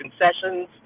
concessions